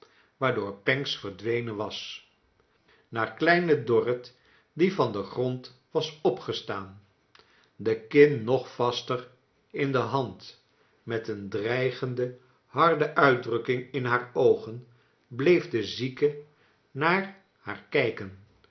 panks verdwenen was naar kleine dorrit die van den grond was opgestaan de kin nog vaster in de hand met een dreigende harcle uitdrukking in haar oogen bleef de zieke naar haar kijken